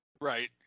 Right